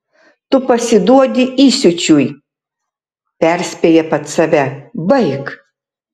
tu pasiduodi įsiūčiui perspėja pats save baik